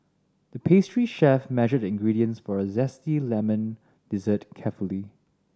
the pastry chef measured the ingredients for a zesty lemon dessert carefully